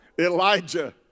Elijah